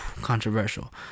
controversial